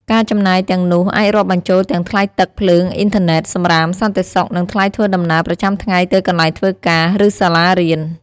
ការចំណាយទាំងនោះអាចរាប់បញ្ចូលទាំងថ្លៃទឹក ភ្លើង អ៊ីនធឺណេត សំរាម សន្តិសុខ និងថ្លៃធ្វើដំណើរប្រចាំថ្ងៃទៅកន្លែងធ្វើការ ឬសាលារៀន។